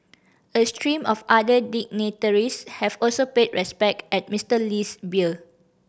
a stream of other dignitaries have also paid respects at Mister Lee's bier